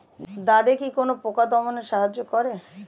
দাদেকি কোন পোকা দমনে সাহায্য করে?